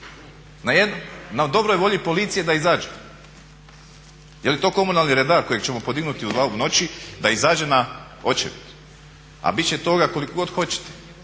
na dobroj volji policije da izađe. Jeli to komunalni redar kojeg ćemo podignuti u dva noći da izađe na očevid, a bit će toga koliko god hoćete.